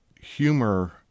humor